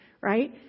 right